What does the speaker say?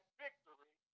victory